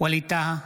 ווליד טאהא,